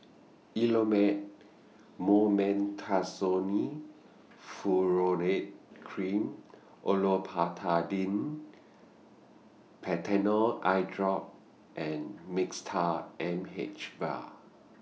Elomet Mometasone Furoate Cream Olopatadine Patanol Eyedrop and Mixtard M H Vial